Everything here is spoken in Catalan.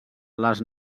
les